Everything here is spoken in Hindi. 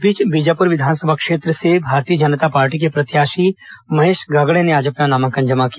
इस बीच बीजापुर विधानसभा क्षेत्र से भारतीय जनता पार्टी के प्रत्याशी महेश गागड़ा ने आज अपना नामांकन जमा किया